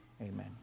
amen